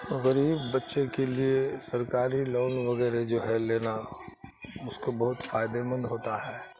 غریب بچے کے لیے سرکاری لون وغیرہ جو ہے لینا اس کو بہت فائدےمند ہوتا ہے